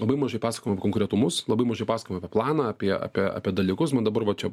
labai mažai paskojama apie konkretumus labai mažai pasakojama apie planą apie apie apie dalykus man dabar va čia